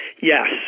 Yes